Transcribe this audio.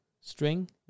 string